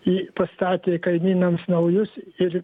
į pastatė kaimynams naujus ir